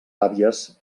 àvies